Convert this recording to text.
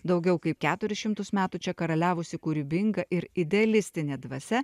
daugiau kaip keturis šimtus metų čia karaliavusi kūrybinga ir idealistinė dvasia